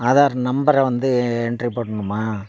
ஆதார் நம்பரை வந்து என்ட்ரி போடணுமா